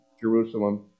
Jerusalem